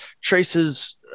TRACES